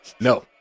no